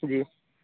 جی